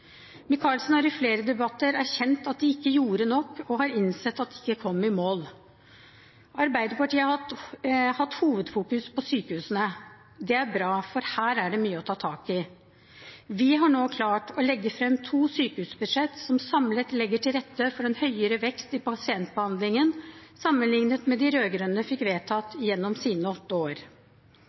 Micaelsen har i flere debatter erkjent at de ikke gjorde nok, og har innsett at de ikke kom i mål. Arbeiderpartiet har hatt hovedfokus på sykehusene. Det er bra, for her er det mye å ta tak i. Vi har nå klart å legge fram to sykehusbudsjett som samlet legger til rette for en høyere vekst i pasientbehandlingen, sammenlignet med det de rød-grønne fikk vedtatt gjennom sine åtte år.